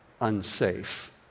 unsafe